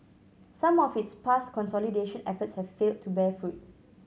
some of its past consolidation efforts have failed to bear fruit